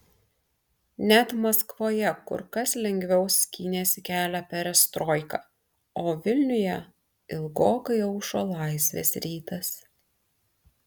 net maskvoje kur kas lengviau skynėsi kelią perestroika o vilniuje ilgokai aušo laisvės rytas